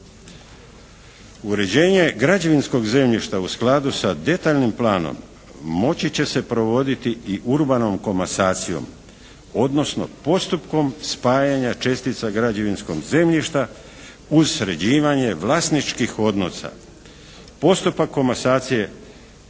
Uređenje građevinskog zemljišta u skladu sa detaljnim planom moći će se provoditi i urbanom komasacijom, odnosno postupkom spajanja čestica građevinskog zemljišta uz sređivanje vlasničkih odnosa. Postupak komasacije